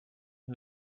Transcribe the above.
who